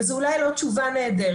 וזו אולי לא תשובה נהדרת,